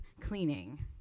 cleaning